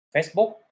Facebook